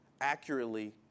accurately